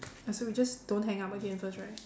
ya so we just don't hang up again first right